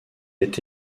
est